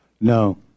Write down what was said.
No